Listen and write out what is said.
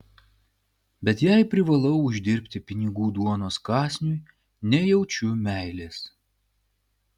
bet jei privalau uždirbti pinigų duonos kąsniui nejaučiu meilės